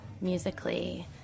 musically